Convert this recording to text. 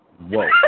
whoa